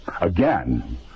again